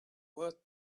worth